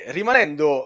rimanendo